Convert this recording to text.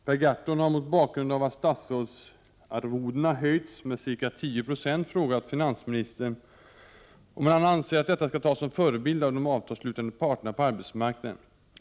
Herr talman! Per Gahrton har mot bakgrund av att statsrådsarvodena höjts med ca 10 90 frågat finansministern om han anser att detta skall tas som förebild av de avtalsslutande parterna på arbetsmarknaden.